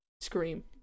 Scream